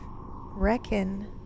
Reckon